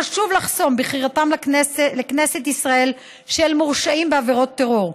חשוב לחסום את בחירתם לכנסת ישראל של מורשעים בעבירות טרור.